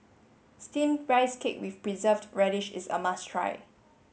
steam rice cake with preserved radish is a must try